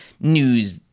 news